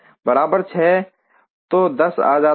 बराबर 6 तो 10 जाता है